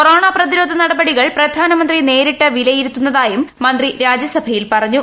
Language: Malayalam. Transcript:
കൊറോണ പ്രതിരോധ നടപടികൾ പ്രധാനമന്ത്രി നേരിട്ട് വിലയിരുത്തുന്നതായും മന്ത്രി രാജ്യസഭയിൽ പറഞ്ഞു